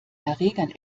erregern